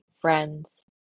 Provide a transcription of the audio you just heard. friends